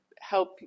help